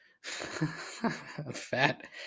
fat